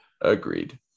Agreed